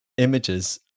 images